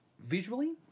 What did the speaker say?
Visually